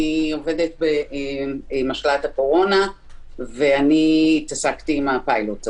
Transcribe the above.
אני עובדת במשל"ט הקורונה והתעסקתי עם הפיילוט הזה.